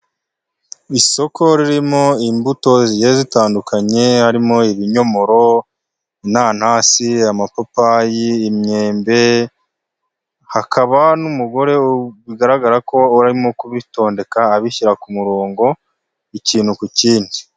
Isoko ririmo imbuto zigiye zitandukanye harimo ibinyomoro, inanasi, amapapayi, imyembe, hakaba n'umugore bigaragara ko urimo kubitondeka abishyira ku murongo, ikintu ku kindi.